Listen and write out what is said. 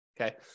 Okay